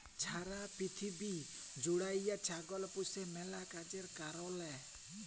ছারা পিথিবী জ্যুইড়ে ছাগল পুষে ম্যালা কাজের কারলে